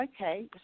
okay